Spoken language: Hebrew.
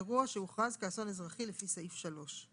אירוע שהוכרז כאסון אזרחי לפי סעיף 3,